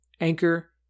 Anchor